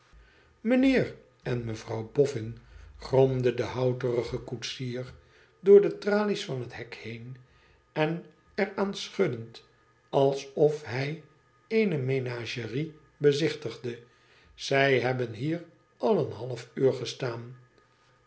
mijnheer en juffrouw boffin gromde de houterige koetsier door de tralies van het hek heen en er aan schuddend alsof hij eene menagerie bezichtigde zij hebben hier al een halfuur gestaan